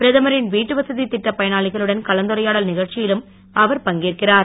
பிரதமரின் வீட்டுவசதி திட்டப் பயனாளிகளுடன் கலந்துரையாடல் நிகழ்ச்சியிலும் அவர் பங்கேற்கிறார்